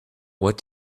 what